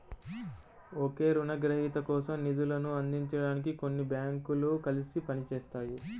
ఒకే రుణగ్రహీత కోసం నిధులను అందించడానికి కొన్ని బ్యాంకులు కలిసి పని చేస్తాయి